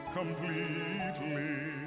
completely